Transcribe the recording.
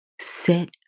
sit